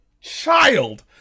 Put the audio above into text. Child